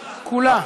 כולה.